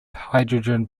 hydrogen